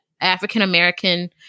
African-American